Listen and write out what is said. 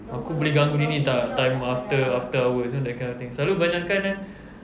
aku boleh ganggu dia ini tak time after after hours you know that kind of thing selalu kebanyakkan eh